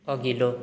अघिल्लो